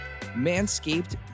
Manscaped